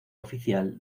oficial